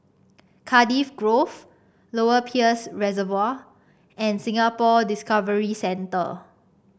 Cardiff Grove Lower Peirce Reservoir and Singapore Discovery Centre